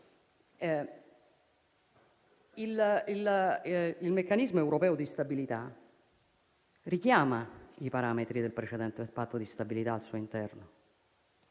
Il meccanismo europeo di stabilità richiama però i parametri del precedente Patto di stabilità al suo interno,